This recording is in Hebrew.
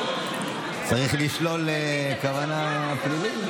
צריך לשלול כוונה פלילית.